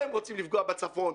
הם רוצים לפגוע בצפון,